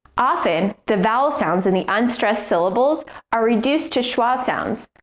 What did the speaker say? often, the vowel sounds in the unstressed syllables are reduced to schwa sounds,